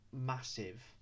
massive